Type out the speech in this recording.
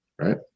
Right